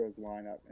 lineup